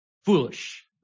foolish